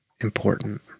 important